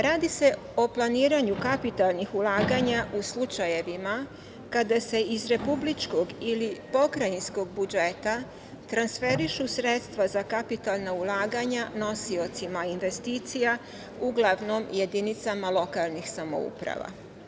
Radi se o planiranju kapitalnih ulaganja u slučajevima kada se iz republičkog ili pokrajinskog budžeta transferišu sredstva za kapitalna ulaganja nosiocima investicija, uglavnom jedinicama lokalnih samouprava.